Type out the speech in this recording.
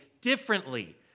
differently